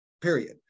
period